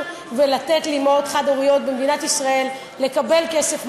ולאפשר לאימהות חד-הוריות במדינת ישראל לקבל כסף,